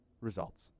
results